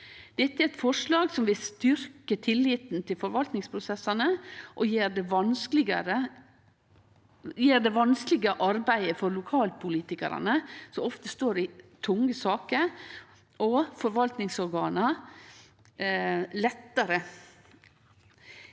Dette er eit forslag som vil styrkje tilliten til forvaltingsprosessane og gjere det vanskelege arbeidet lettare for lokalpolitikarane, som ofte står i tunge saker, og for forvaltingsorgana.